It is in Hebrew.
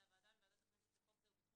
זו ועדה מוועדות הכנסת שחוק זה הוא מתחום